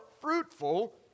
fruitful